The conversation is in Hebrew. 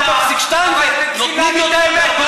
אבל אתם צריכים להגיד את האמת,